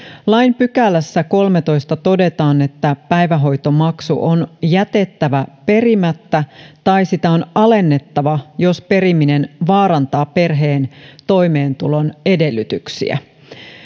lain kolmannessatoista pykälässä todetaan että päivähoitomaksu on jätettävä perimättä tai sitä on alennettava jos periminen vaarantaa perheen toimeentulon edellytyksiä